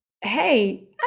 hey